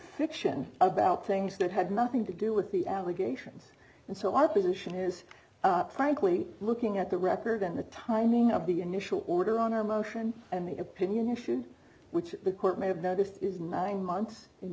fiction about things that had nothing to do with the allegations and so our position is frankly looking at the record and the timing of the initial order on our motion and the opinion you should which the court may have noticed is nine months in